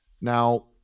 now